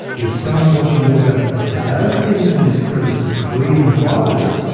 if some washing water does get into this crevice between the fibres,